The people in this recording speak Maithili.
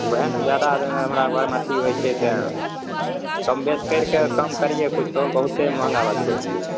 ओहए ने जादा हमरा घरमे अथी होइ छै तेँ कम बेसि करिकऽ कम करियै किछु बहुते महँगा बतबैत छियै